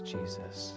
Jesus